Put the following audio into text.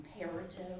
comparative